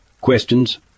questions